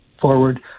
forward